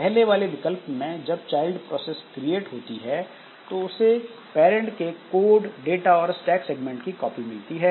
पहले वाले विकल्प में जब चाइल्ड प्रोसेस क्रिएट होती है तो इसे पैरेंट के कोड डाटा और स्टैक सेगमेंट की कॉपी मिलती है